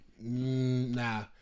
nah